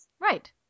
Right